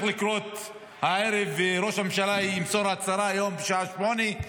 לקרות הערב וראש הממשלה ימסור הצהרה בשעה שמונה.